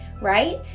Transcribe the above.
right